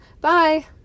Bye